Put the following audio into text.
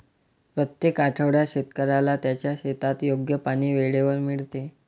प्रत्येक आठवड्यात शेतकऱ्याला त्याच्या शेतात योग्य पाणी वेळेवर मिळते